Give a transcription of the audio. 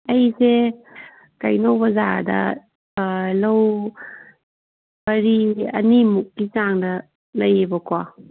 ꯑꯩꯁꯦ ꯀꯧꯅꯧ ꯕꯖꯥꯔꯗ ꯂꯧ ꯄꯔꯤ ꯑꯅꯤꯃꯨꯛꯀꯤ ꯆꯥꯡꯗ ꯂꯩꯌꯦꯕꯀꯣ